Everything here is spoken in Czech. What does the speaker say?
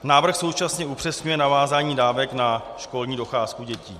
Návrh současně upřesňuje navázání dávek na školní docházku dětí.